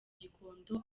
gikondo